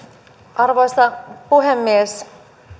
arvoisa puhemies